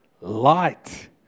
light